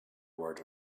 word